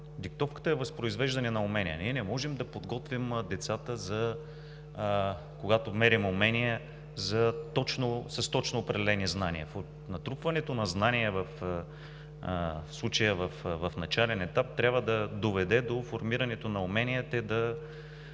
Диктовката е възпроизвеждане на умения. Ние не можем да подготвим децата, когато мерим умения с точно определени знания. Натрупването на знания, в случая в начален етап, трябва да доведе до формирането на умения те да